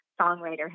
songwriter